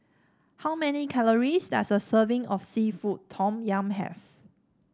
how many calories does a serving of seafood Tom Yum have